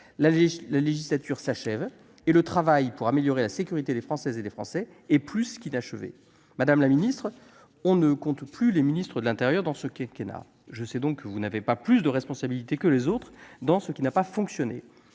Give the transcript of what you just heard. La législature arrive à son terme et le travail pour améliorer la sécurité de nos concitoyens est plus qu'inachevé. Madame la ministre, on ne compte plus les ministres de l'intérieur de ce quinquennat. Je sais donc que vous ne portez pas plus de responsabilité que les autres dans ce qui n'a pas fonctionné.